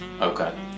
Okay